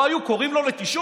לא היו קוראים לו לתשאול?